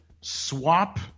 swap